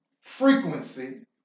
frequency